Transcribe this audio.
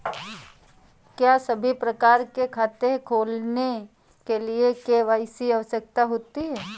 क्या सभी प्रकार के खाते खोलने के लिए के.वाई.सी आवश्यक है?